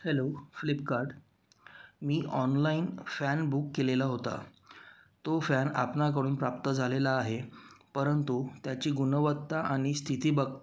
hello Flipkart मी online fan book केलेला होता तो फॅन आपणाकडून प्राप्त झालेला आहे परंतु त्याची गुणवत्ता आणि स्थिती बघता